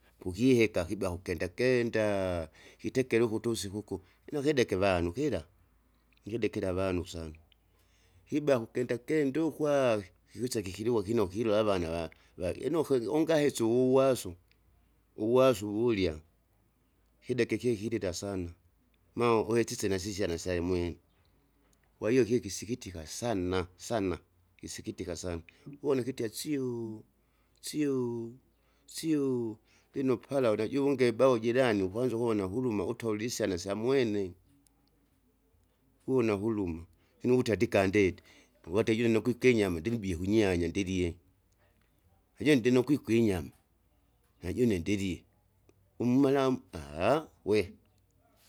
Kukiheka kibya kukendakendaa! kitekele ukuti usiku uku, kinakideke vanu kira, ikidekira avanu sana, kibea kukendakenda ukwa, kikwisa kikiliwa kinikire avana va- vainokwe ungahesa uwasu, uwasu wurya, kideke iki kideta sana, ma uhesise nasisya syale mwe. Kwahiyo ikikisikitika sanna sanna, kisikitika sana, uwona kitie asyoo syoo syoo lino pala iunajunge baa ujirani ukwana ukuvona huruma utoli isyana syamwene, una huruma, lino ukutya dika ndeti, povati julune kwika inyama ndimbie kunyanya ndilie. Najune ndinokwikwi inyama, najune ndilie, ummalamu wee!.